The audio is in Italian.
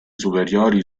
superiori